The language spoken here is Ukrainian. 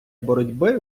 боротьби